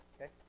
okay